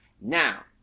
Now